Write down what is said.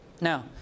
Now